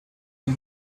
are